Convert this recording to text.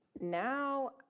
now